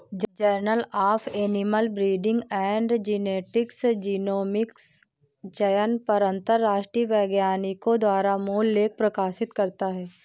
journal of Animal Breeding and Genetics genomic चयन पर अंतरराष्ट्रीय वैज्ञानिकों द्वारा मूल लेख प्रकाशित करता है